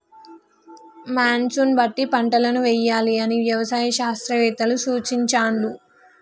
monsoon బట్టి పంటలను వేయాలి అని వ్యవసాయ శాస్త్రవేత్తలు సూచించాండ్లు